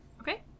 Okay